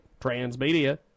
Transmedia